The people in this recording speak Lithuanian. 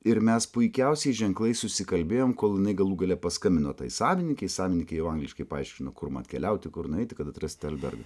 ir mes puikiausiai ženklais susikalbėjom kol jinai galų gale paskambino tai savininkei savininkė jau angliškai paaiškino kur man keliauti kur nueiti kad atrasti albergą